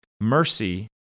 mercy